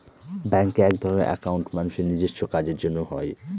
ব্যাঙ্কে একধরনের একাউন্ট মানুষের নিজেস্ব কাজের জন্য হয়